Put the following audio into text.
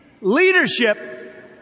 leadership